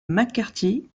mccarthy